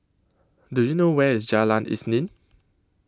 Do YOU know Where IS Jalan Isnin